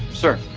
sir.